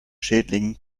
schädlingen